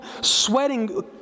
sweating